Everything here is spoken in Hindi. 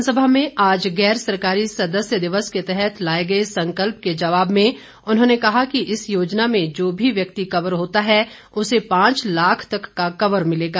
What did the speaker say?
विधानसभा में आज गैर सरकारी सदस्य दिवस के तहत लाए गए संकल्प के जवाब में उन्होंने कहा कि इस योजना में जो भी व्यक्ति कवर होता है उसे पांच लाख तक का कवर मिलेगा